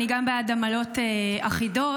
גם אני בעד עמלות אחידות,